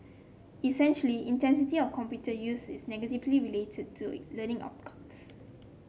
essentially intensity of computer use is negatively related to learning outcomes